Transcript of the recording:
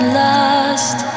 lost